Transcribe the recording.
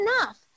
enough